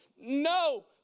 No